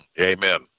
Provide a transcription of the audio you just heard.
Amen